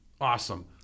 awesome